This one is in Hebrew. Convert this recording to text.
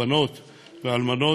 הבנות והאלמנות,